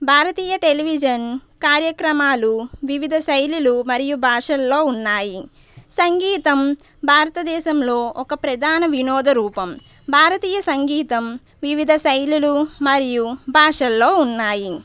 భారతీయ television కార్యక్రమాలు వివిధ శైలులు మరియు భాషల్లో ఉన్నాయి సంగీతం భారతదేశంలో ఒక ప్రధాన వినోద రూపం భారతీయ సంగీతం వివిధ శైలులు మరియు భాషల్లో ఉన్నాయి